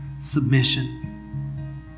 submission